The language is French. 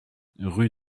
rue